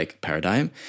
paradigm